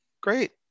great